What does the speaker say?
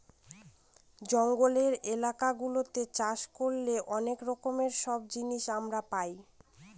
জঙ্গলের এলাকা গুলাতে চাষ করলে অনেক রকম সব জিনিস আমরা পাই